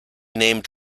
named